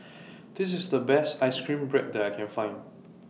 This IS The Best Ice Cream Bread that I Can Find